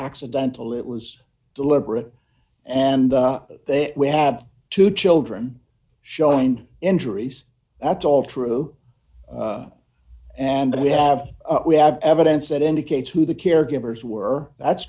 accidental it was deliberate and that we have two children showing injuries that's all true and we have we have evidence that indicates who the caregivers were that's